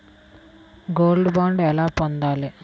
Gold bond ఎలా పొందాలి?